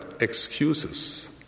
excuses